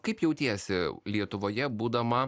kaip jautiesi lietuvoje būdama